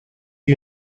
you